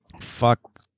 Fuck